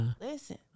listen